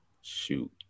shoot